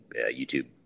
YouTube